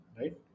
right